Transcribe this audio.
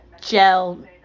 gel